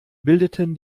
bildeten